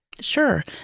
Sure